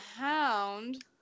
Hound